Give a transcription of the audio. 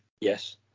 Yes